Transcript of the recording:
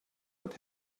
what